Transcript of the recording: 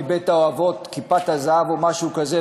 מבית-האבות "כיפת הזהב" או משהו כזה,